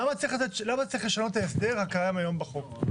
למה צריך לשנות את ההסדר הקיים היום בחוק?